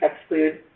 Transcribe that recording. exclude